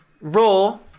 roll